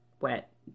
wet